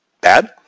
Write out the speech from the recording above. bad